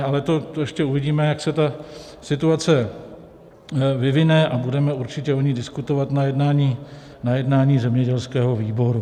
Ale to ještě uvidíme, jak se ta situace vyvine, a budeme určitě o ní diskutovat na jednání zemědělského výboru.